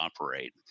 operate